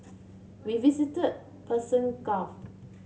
we visited the Persian Gulf